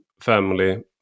family